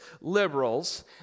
liberals